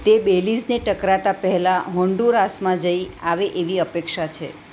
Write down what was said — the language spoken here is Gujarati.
તે બેલીઝને ટકરાતા પહેલાં હોન્ડુરાસમાં જઈ આવે એવી અપેક્ષા છે